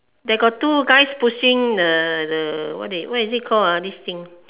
they got two guys pushing the the what is it called ah this thing